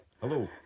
Hello